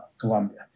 Colombia